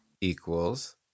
equals